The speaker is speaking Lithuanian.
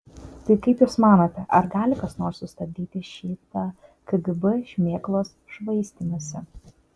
tai kaip jūs manote ar gali kas nors sustabdyti šitą kgb šmėklos švaistymąsi